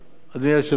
אדוני היושב-ראש,